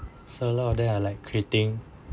so a lot of them are like creating